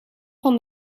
van